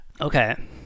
Okay